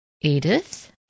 Edith